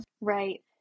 right